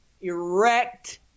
erect